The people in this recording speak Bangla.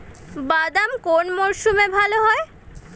বাদাম কোন মরশুমে ভাল হয়?